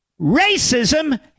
racism